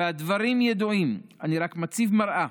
והדברים ידועים, אני רק מציב מראה.